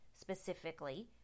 specifically